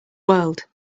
world